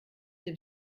dem